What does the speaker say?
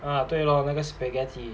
啊对咯那个 spaghetti